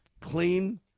clean